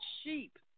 sheep